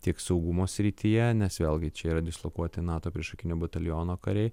tiek saugumo srityje nes vėlgi čia yra dislokuoti nato priešakinio bataliono kariai